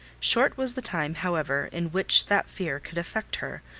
short was the time, however, in which that fear could affect her,